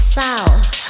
south